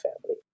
family